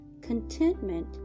contentment